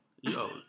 Yo